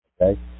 Okay